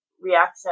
reaction